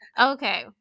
okay